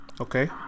Okay